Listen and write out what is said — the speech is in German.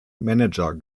manager